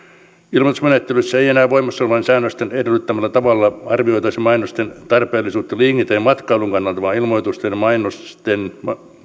ilmoitusmenettelyssä ei enää voimassa olevien säännösten edellyttämällä tavalla arvioitaisi mainosten tarpeellisuutta liikenteen ja matkailun kannalta vaan ilmoitusten ja mainosten